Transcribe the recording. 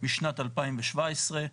לשנת 2017,